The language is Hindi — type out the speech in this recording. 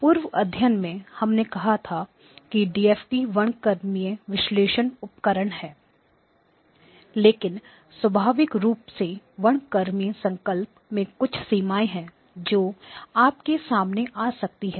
पूर्व अध्याय में हमने कहा था कि डीएफटी वर्णक्रमीय विश्लेषण उपकरण है लेकिन स्वाभाविक रूप से वर्णक्रमीय संकल्प में कुछ सीमाएँ हैं जो आपके सामने आ सकती है